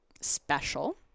special